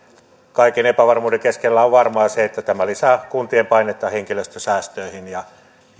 kaiken epävarmuuden keskellä on varmaa se että tämä lisää kuntien painetta henkilöstösäästöihin ja